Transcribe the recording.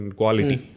quality